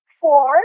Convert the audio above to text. four